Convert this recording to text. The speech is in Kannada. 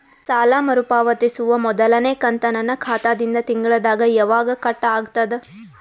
ಸಾಲಾ ಮರು ಪಾವತಿಸುವ ಮೊದಲನೇ ಕಂತ ನನ್ನ ಖಾತಾ ದಿಂದ ತಿಂಗಳದಾಗ ಯವಾಗ ಕಟ್ ಆಗತದ?